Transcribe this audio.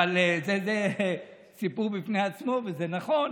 אבל זה סיפור בפני עצמו, וזה נכון.